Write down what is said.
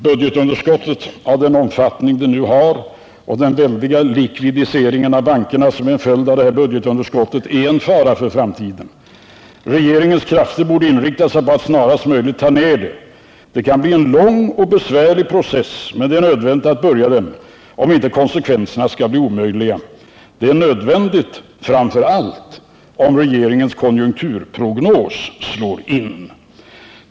Budgetunderskottet, med den omfattning det nu har och den väldiga likvidiseringen av bankerna som en följd av detta budgetunderskott, är en fara för framtiden. Regeringens krafter borde inriktas på att snarast möjligt ta ned det. Det kan bli en lång och besvärlig process, men det är nödvändigt att påbörja den om inte konsekvenserna skall bli omöjliga. Det är nödvändigt, framför allt om regeringens konjunkturprognos slår in.